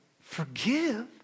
forgive